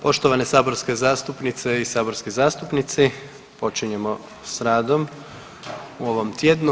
Poštovane saborske zastupnice i saborski zastupnici, počinjemo s radom u ovom tjednu.